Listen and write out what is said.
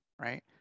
Right